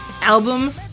album